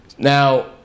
now